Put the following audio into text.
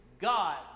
God